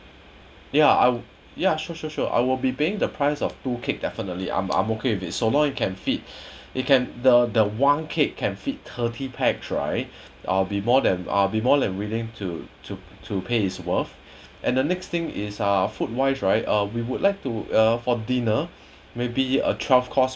ya I'll ya sure sure sure I will be paying the price of two cakes definitely I'm I'm okay with it so long you can feed it can the the one cake can feed thirty pax right I'll be more than I'll be more than willing to to to pay its worth and the next thing is uh food wise right uh we would like to uh for dinner maybe a throughout cost